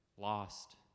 lost